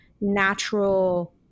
natural